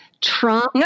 Trump